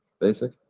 basic